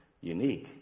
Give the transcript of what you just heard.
unique